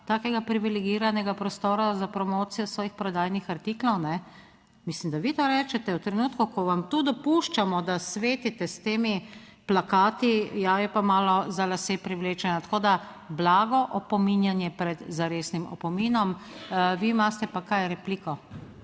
takega privilegiranega prostora za promocijo svojih prodajnih artiklov. Mislim, da vi to rečete v trenutku, ko vam tu dopuščamo, da svetite s temi plakati, ja, je pa malo za lase privlečeno. Tako da blago opominjanje pred zaresnim opominom. Vi imate pa kaj repliko?